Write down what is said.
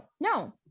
no